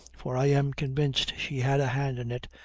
for i am convinced she had a hand in it,